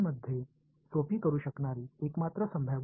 ஆம் என்பது 1பிராந்தியத்தின் அளவு